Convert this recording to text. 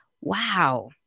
wow